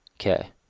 Okay